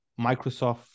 Microsoft